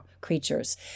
creatures